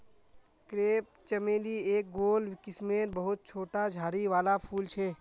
crepe चमेली एक गोल किस्मेर बहुत छोटा झाड़ी वाला फूल छे